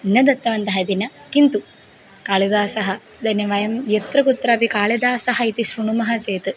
न दत्तवन्तः इति न किन्तु कालिदासः इदानीं वयं यत्र कुत्रापि कालिदासः इति शृणुमः चेत्